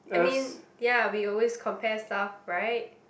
I mean ya we always compare stuff right